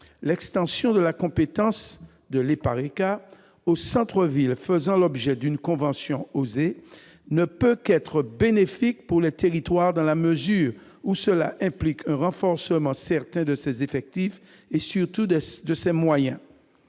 l'extension de la compétence de l'EPARECA aux centres-villes faisant l'objet d'une convention « OSER » ne peut qu'être bénéfique pour les territoires, dans la mesure où cela implique un renforcement certain de ses effectifs et, surtout, de ses moyens.